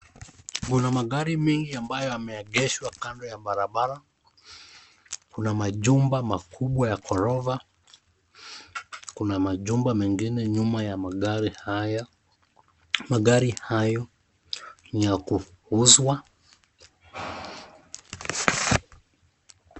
Kuna magari mengi ambayo yameegeshwa kando ya barabara. Kuna majumba makubwa ya ghorofa, kuna majumba mengine nyuma ya magari haya. Magari hayo ni ya kuuzwa.